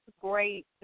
great